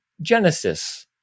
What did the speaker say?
Genesis